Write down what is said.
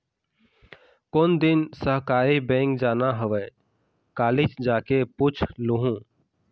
कोन दिन सहकारी बेंक जाना हवय, कालीच जाके पूछ लूहूँ